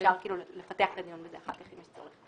אפשר לפתח את הדיון בזה אחר כך אם יש צורך.